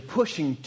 pushing